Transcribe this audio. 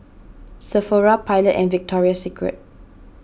Sephora Pilot and Victoria Secret